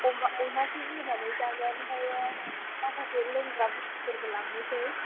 अमा इसे होनानै जागोन ओमफ्रायो माखासे लोंग्रा बुस्तुफोरबो लांनोसै